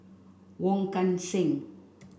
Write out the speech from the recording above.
Wong Kan Seng